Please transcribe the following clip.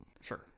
Sure